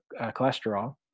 cholesterol